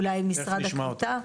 אולי משרד הקליטה.